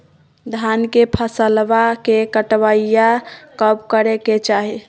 धान के फसलवा के कटाईया कब करे के चाही?